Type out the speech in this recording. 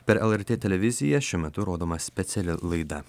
per lrt televiziją šiuo metu rodoma speciali laida